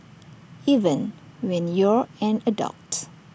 even when you're an adult